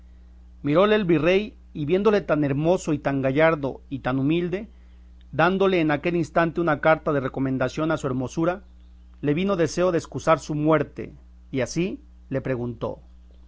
miróle el virrey y viéndole tan hermoso y tan gallardo y tan humilde dándole en aquel instante una carta de recomendación su hermosura le vino deseo de escusar su muerte y así le preguntó